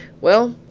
well,